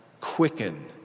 quicken